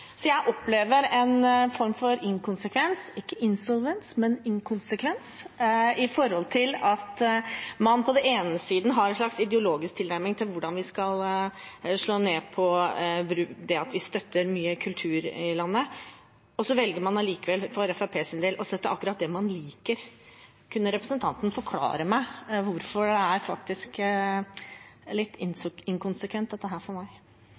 Så jeg opplever en form for inkonsekvens – ikke insolvens, men inkonsekvens – med tanke på at man på den ene siden har en slags ideologisk tilnærming til hvordan vi skal slå ned på det at vi støtter mye kultur i landet, og så velger man allikevel for Fremskrittspartiets del å støtte akkurat det man liker. Kunne representanten forklare meg hvorfor? Dette er faktisk litt inkonsekvent for meg. Jeg vil takke representanten for